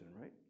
right